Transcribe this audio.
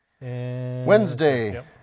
Wednesday